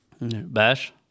Bash